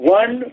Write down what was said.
one